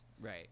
Right